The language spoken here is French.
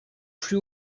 plus